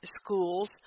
schools